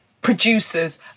producers